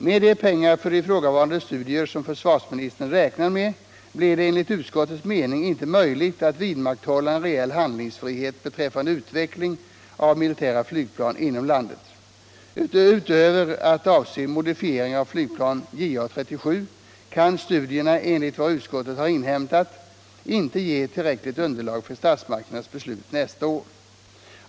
Med de pengar för ifrågavarande studier som försvarsministern räknar med blir det enligt utskottets mening inte möjligt att vidmakthålla en reell handlingsfrihet beträffande utveckling av militära flygplan inom landet. Utöver att avse modifiering av flygplan JA 37 kan studierna — enligt vad utskottet har inhämtat — inte ge tillräckligt underlag för statsmakternas beslut nästa år.